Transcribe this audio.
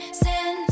sin